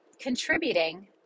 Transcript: contributing